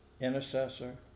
intercessor